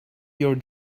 your